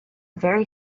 very